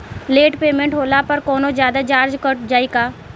Late payment होला पर कौनोजादे चार्ज कट जायी का?